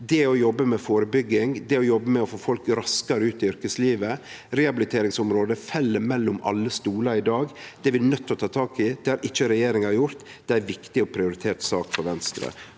å jobbe med førebygging, og å jobbe med å få folk raskare ut i yrkeslivet. Rehabiliteringsområdet fell mellom alle stolar i dag, og det er vi nøydde til å ta tak i. Det har ikkje regjeringa gjort. Det er ei viktig og prioritert sak for Venstre.